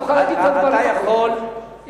אתה תוכל להגיד את הדברים אחר כך.